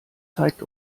zeigt